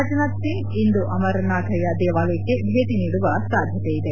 ರಾಜನಾಥ್ ಸಿಂಗ್ ಅವರು ಇಂದು ಅಮರನಾಥ ದೇವಾಲಯಕ್ಕೆ ಭೇಟಿ ನೀಡುವ ಸಾಧ್ಯತೆ ಇದೆ